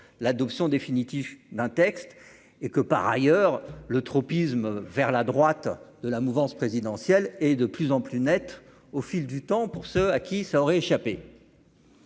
l'adoption définitive d'un texte et que par ailleurs le tropisme vers la droite de la mouvance présidentielle et, de plus en plus nette au fil du temps pour ceux à qui cela aurait échappé.